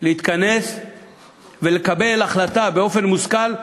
להתכנס ולקבל החלטה באופן מושכל,